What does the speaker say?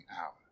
hour